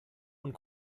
und